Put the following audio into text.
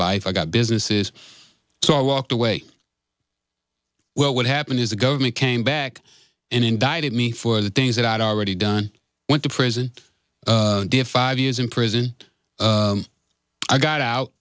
life i got businesses so i walked away well what happened is the government came back and indicted me for the things that i'd already done went to prison years in prison i got out